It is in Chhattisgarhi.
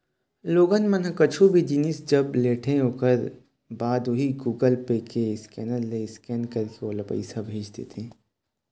लोगन मन ह कुछु भी जिनिस जब लेथे ओखर बाद उही गुगल पे के स्केनर ले स्केन करके ओला पइसा भेज देथे